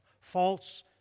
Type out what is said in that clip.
false